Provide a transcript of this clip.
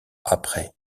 après